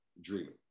dreaming